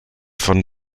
von